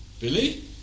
Billy